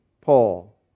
Paul